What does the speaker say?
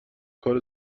کار